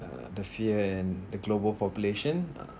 uh the fear and the global population uh